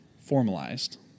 formalized